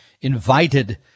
invited